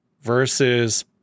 versus